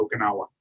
Okinawa